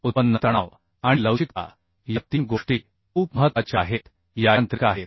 yield stress आणि लवचिकता या तीन गोष्टी खूप महत्त्वाच्या आहेत या यांत्रिक आहेत